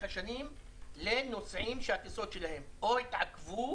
השנים לנוסעים שהטיסות שלהם או התעכבו